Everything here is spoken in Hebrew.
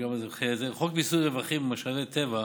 חוק מיסוי רווחים ממשאבי טבע,